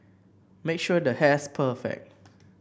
make sure the hair's perfect